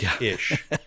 ish